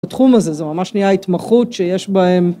התחום הזה זה ממש נהיה ההתמחות שיש בהם